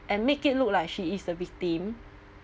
and make it look like she is the victim